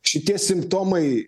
šitie simptomai